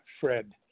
Fred